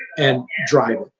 and drive